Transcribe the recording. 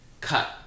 cut